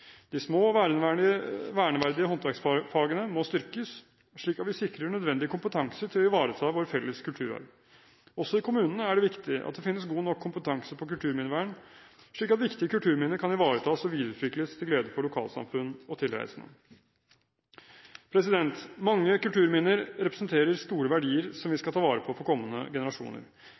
De små verneverdige håndverksfagene må styrkes, og slik kan vi sikre den nødvendige kompetanse til å ivareta vår felles kulturarv. Også i kommunene er det viktig at det finnes god nok kompetanse på kulturminnevern, slik at viktige kulturminner kan ivaretas og videreutvikles, til glede for lokalsamfunn og tilreisende. Mange kulturminner representerer store verdier som vi skal ta vare på for kommende generasjoner.